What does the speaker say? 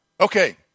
Okay